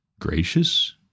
gracious